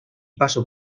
paso